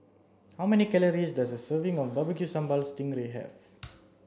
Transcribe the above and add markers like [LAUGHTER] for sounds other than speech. how many calories does a serving of barbecue sambal sting [UNINTELLIGIBLE] ray have [NOISE]